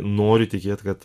noriu tikėt kad